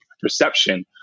perception